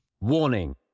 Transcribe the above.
Warning